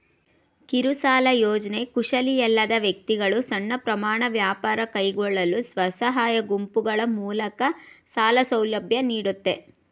ಕಿರುಸಾಲ ಯೋಜ್ನೆ ಕುಶಲಿಯಲ್ಲದ ವ್ಯಕ್ತಿಗಳು ಸಣ್ಣ ಪ್ರಮಾಣ ವ್ಯಾಪಾರ ಕೈಗೊಳ್ಳಲು ಸ್ವಸಹಾಯ ಗುಂಪುಗಳು ಮೂಲಕ ಸಾಲ ಸೌಲಭ್ಯ ನೀಡುತ್ತೆ